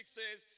says